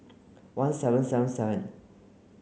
one seven seven seven